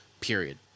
period